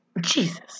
Jesus